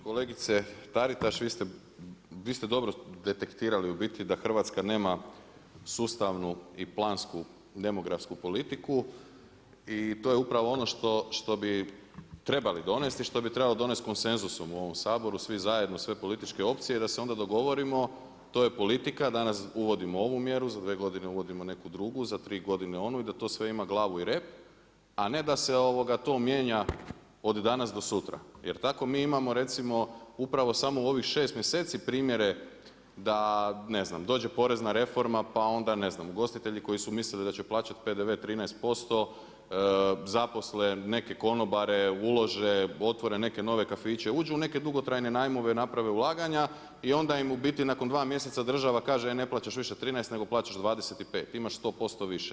Kolegice Taritaš, vi ste dobro detektirali u biti da Hrvatska nema sustavnu ni plansku demografsku politiku i to je upravo ono što bi trebali donijeti, što bi trebali donest konsenzusom u ovom Saboru, svi zajedno, sve političke opcije i da se onda dogovorimo, to je politika, danas uvodimo ovu mjeru, za dvije godinu uvodimo neku drugu, za tri godinu onu i da to sve ima glavu i rep, a ne da se to mijenja od danas do sutra, jer tako mi imamo recimo upravo samo u ovih 6 mjeseci primjere da ne znam, dođe porezna reforma, pa onda ne znam, ugostitelji koji su mislili da će plaćati PDV 13%, zaposle neke konobare, ulože, otvore neke nove kafiće, uđu u neke dugotrajne najmove, naprave ulaganja i onda im u biti nakon 2 mjeseca država kaže, e ne plaćaš više 13, nego plaćaš 25, imaš 100% više.